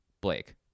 Blake